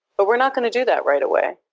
but we're not going to do that right away.